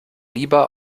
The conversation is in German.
lieber